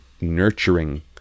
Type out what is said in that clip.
nurturing